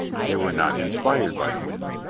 they were not inspired by the wind.